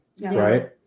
Right